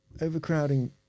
overcrowding